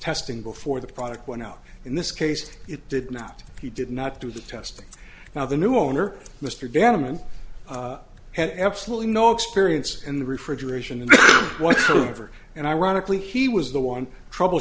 testing before the product went out in this case it did not he did not do the testing now the new owner mr vandeman had absolutely no experience in the refrigeration and what ever and ironically he was the one trouble